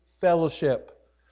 fellowship